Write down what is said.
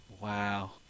wow